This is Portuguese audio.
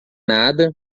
nada